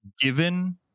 given